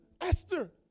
Esther